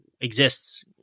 exists